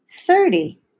thirty